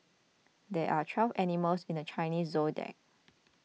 there are twelve animals in the Chinese zodiac